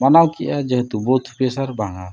ᱢᱟᱱᱟᱣ ᱠᱮᱜᱼᱟ ᱡᱮᱦᱮᱛᱩ ᱵᱩᱛ ᱚᱯᱷᱤᱥᱟᱨ ᱵᱟᱝᱟ